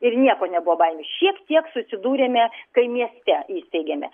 ir nieko nebuvo baimių šiek tiek susidūrėme kai mieste įsteigėme